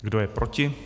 Kdo je proti?